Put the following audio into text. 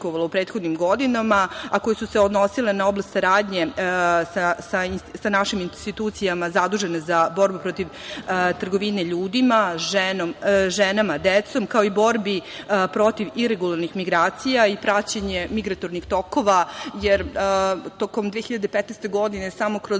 u prethodnim godinama, a koje su se odnosile na oblast saradnje sa našim institucijama zadužene za borbu protiv trgovine ljudima, ženama, decom, kao i borbi protiv iregularnih migracija i praćenje migratornih tokova, jer tokom 2015. godine, samo kroz